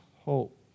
hope